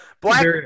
Black